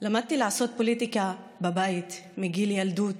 למדתי לעשות פוליטיקה בבית מגיל ילדות.